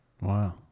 wow